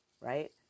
Right